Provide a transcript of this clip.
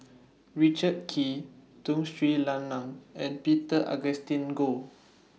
Richard Kee Tun Sri Lanang and Peter Augustine Goh